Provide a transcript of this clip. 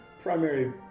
primary